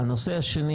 הנושא השני